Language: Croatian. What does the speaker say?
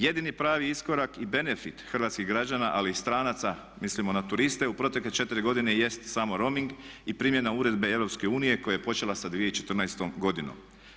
Jedini pravi iskorak i benefit hrvatskih građana ali i stranaca mislimo na turiste u protekle 4 godine jest samo roaming i primjena uredbe Europske unije koja je počela sa 2014. godinom.